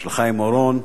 של חיים אורון,